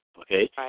Okay